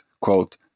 quote